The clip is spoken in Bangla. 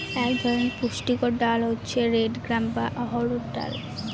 এক ধরনের পুষ্টিকর ডাল হচ্ছে রেড গ্রাম বা অড়হর ডাল